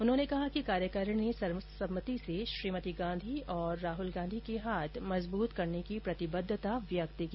उन्होंने कहा कि कार्यकारिणी ने सर्वसम्मति से श्रीमती गांधी और राहुल गांधी के हाथ मजबूत करने की प्रतिबद्धता व्यक्त की